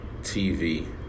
TV